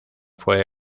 fue